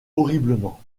horriblement